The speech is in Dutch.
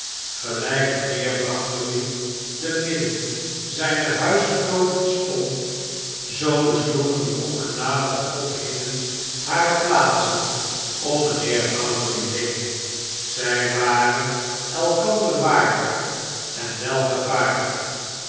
gelijk mijnheer bounderby te midden zijner huisgoden stond zoo besloegen die ongenadige godheden hare plaatsen om mijnheer bounderby heen zij waren elkander waardig en wel gepaard